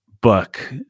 book